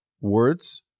words